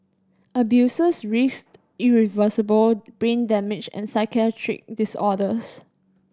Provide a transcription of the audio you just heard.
abusers risked irreversible brain damage and psychiatric disorders